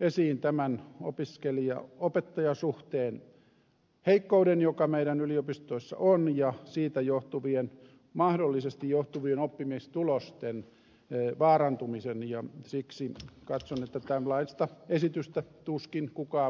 esiin tämän opiskelijaopettaja suhteen heikkouden joka meidän yliopistoissamme on ja siitä mahdollisesti johtuvien oppimistulosten vaarantumisen ja siksi katson että tällaista esitystä tuskin kukaan voi vastustaa